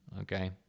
okay